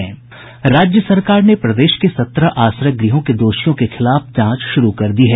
राज्य सरकार ने प्रदेश के सत्रह आश्रय गृहों के दोषियों के खिलाफ जांच शुरू कर दी है